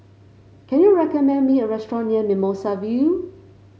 can you recommend me a restaurant near Mimosa View